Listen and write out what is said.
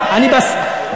אז זה נוח לך להגיד את זה.